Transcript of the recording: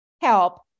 help